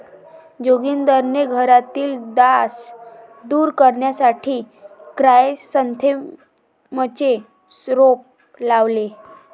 जोगिंदरने घरातील डास दूर करण्यासाठी क्रायसॅन्थेममचे रोप लावले